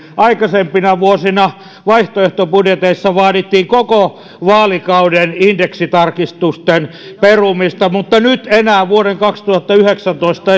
aikaisempina vuosina vaihtoehtobudjeteissa vaadittiin koko vaalikauden indeksitarkistusten perumista mutta nyt enää vuoden kaksituhattayhdeksäntoista